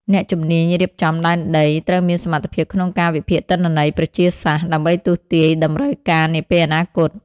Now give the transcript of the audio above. អ្នកជំនាញរៀបចំដែនដីត្រូវមានសមត្ថភាពក្នុងការវិភាគទិន្នន័យប្រជាសាស្ត្រ ដើម្បីទស្សន៍ទាយតម្រូវការនាពេលអនាគត។